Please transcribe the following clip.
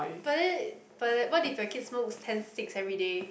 but then but what if your kid smokes ten sticks every day